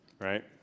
Right